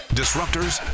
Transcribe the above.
disruptors